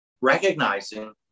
recognizing